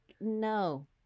no